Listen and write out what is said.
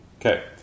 Okay